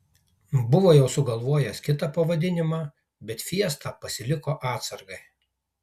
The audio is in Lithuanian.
buvo jau sugalvojęs kitą pavadinimą bet fiestą pasiliko atsargai